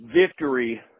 victory